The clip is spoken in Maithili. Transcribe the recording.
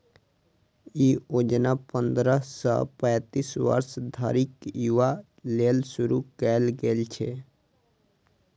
ई योजना पंद्रह सं पैतीस वर्ष धरिक युवा लेल शुरू कैल गेल छै